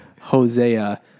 Hosea